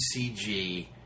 CG